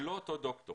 זה לא אותו דוקטור